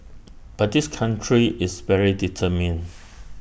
but this country is very determined